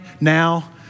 now